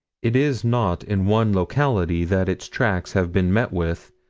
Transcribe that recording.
it is not in one locality that its tracks have been met with,